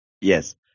Yes